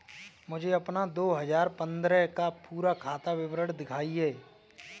मुझे अपना दो हजार पन्द्रह का पूरा खाता विवरण दिखाएँ?